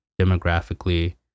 demographically